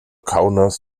kaunas